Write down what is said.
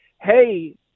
hey